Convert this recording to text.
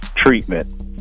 treatment